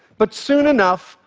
but soon enough,